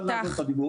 אבל -- יפתח,